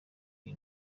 iyi